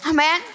Amen